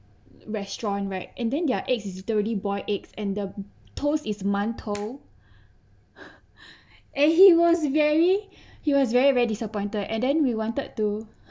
restaurant right and then their eggs is dirty boil eggs and the toast is mantou and he was very he was very very disappointed and then we wanted to